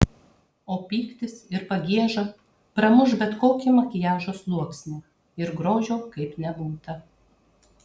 o pyktis ir pagieža pramuš bet kokį makiažo sluoksnį ir grožio kaip nebūta